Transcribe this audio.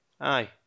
Aye